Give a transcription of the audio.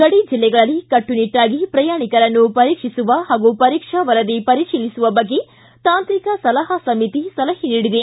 ಗಡಿ ಜಿಲ್ಲೆಗಳಲ್ಲಿ ಕಟ್ಲುನಿಟ್ಸಾಗಿ ಪ್ರಯಾಣಿಕರನ್ನು ಪರೀಕ್ಷಿಸುವ ಹಾಗೂ ಪರೀಕ್ಷಾ ವರದಿ ಪರಿತೀಲಿಸುವ ಬಗ್ಗೆ ತಾಂತ್ರಿಕ ಸಲಹಾ ಸಮಿತಿ ಸಲಹೆ ನೀಡಿದೆ